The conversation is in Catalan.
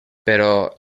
però